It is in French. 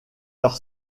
leur